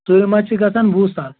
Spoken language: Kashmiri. تۭرِ منٛز چھِ گژھان وُہ ساس